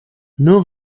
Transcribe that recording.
nur